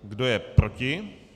Kdo je proti?